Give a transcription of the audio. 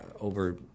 over